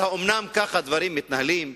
האומנם כך הדברים מתנהלים?